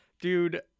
dude